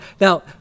Now